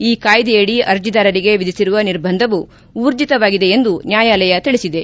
ಈ ಕಾಯ್ದೆಯಡಿ ಅರ್ಜಿದಾರರಿಗೆ ವಿಧಿಸಿರುವ ನಿರ್ಬಂಧವು ಊರ್ಜಿತವಾಗಿದೆ ಎಂದು ನ್ಯಾಯಾಲಯ ತಿಳಿಸಿದೆ